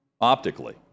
optically